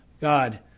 God